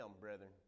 brethren